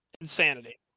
Insanity